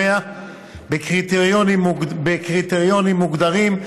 בקריטריונים מוגדרים.